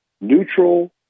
neutral